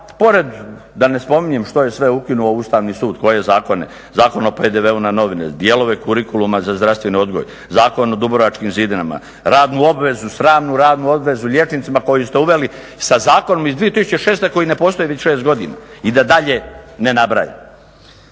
pored da ne spominjem što je sve ukinuo Ustavni sud koje zakone, Zakon o PDV-u na novine, dijelove kurikuluma za zdravstveni odgoj, Zakon o dubrovačkim zidinama, radnu obvezu, sramnu radnu obvezu liječnicima koju ste uveli sa zakonom iz 2006.koji ne postoji već 6 godina i da dalje ne nabrajam.